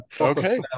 Okay